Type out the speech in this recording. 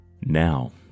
Now